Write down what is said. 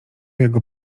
jego